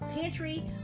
pantry